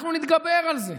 אנחנו נתגבר על זה.